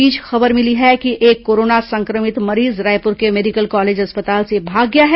इस बीच खबर मिली है कि एक कोरोना संक्रमित मरीज रायपुर के मेडिकल कॉलेज अस्पताल से भाग गया है